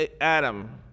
Adam